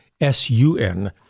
S-U-N